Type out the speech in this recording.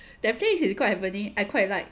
that place is quite happening I quite like